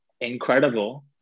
incredible